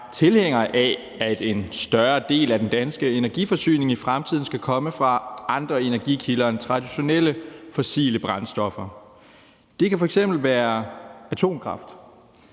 tilhænger af, at en større del af den danske energiforsyning i fremtiden skal komme fra andre energikilder end traditionelle fossile brændstoffer. Det kan f.eks. være atomkraft,